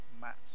Matt